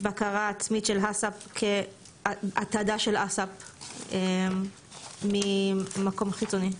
בבקרה עצמית של אפס"ה ממקום חיצוני?